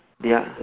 their